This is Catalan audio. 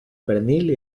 pernil